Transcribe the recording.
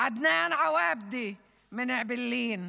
עדנאן עוואבדה מאעבלין,